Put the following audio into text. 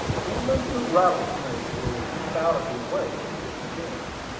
even the rattlesnake will keep out of your way, if he can.